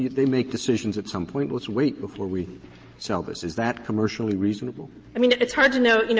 they make decisions at some point, let's wait before we sell this. is that commercially reasonable? harrington i mean, it's hard to know. you know